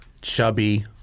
chubby